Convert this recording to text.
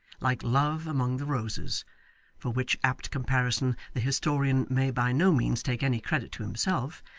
like love among the roses for which apt comparison the historian may by no means take any credit to himself,